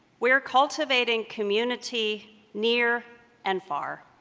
we're cultivating community near and far.